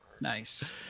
Nice